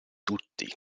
tutti